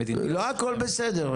לא הכל בסדר.